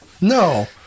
no